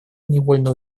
невольно